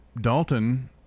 Dalton